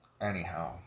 anyhow